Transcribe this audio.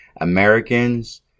americans